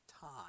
time